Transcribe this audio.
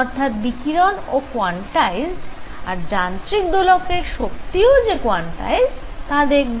অর্থাৎ বিকিরণ ও কোয়ান্টাইজড আর যান্ত্রিক দোলকের শক্তি ও যে কোয়ান্টাইজড তা দেখব